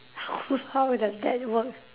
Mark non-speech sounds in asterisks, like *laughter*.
*noise* how will that that work